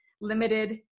Limited